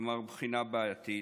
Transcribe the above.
כלומר בחינה בעייתית.